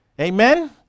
Amen